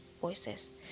voices